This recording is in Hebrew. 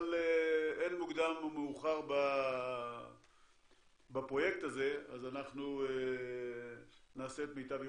אבל אין מוקדם ומאוחר בפרויקט הזה אז אנחנו נעשה את מיטב יכולתנו.